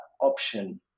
option